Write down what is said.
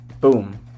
Boom